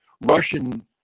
Russian